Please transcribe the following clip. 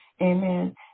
Amen